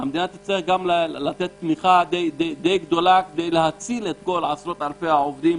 המדינה תצטרך לתת תמיכה גדולה כדי להציל את עשרות-אלפי העובדים